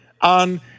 on